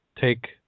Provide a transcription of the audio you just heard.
take